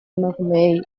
emakumeei